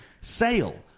sale